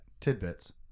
tidbits